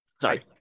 sorry